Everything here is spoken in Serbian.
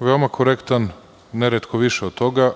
veoma korektan, neretko više od toga,